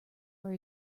are